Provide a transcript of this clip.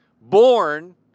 Born